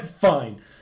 fine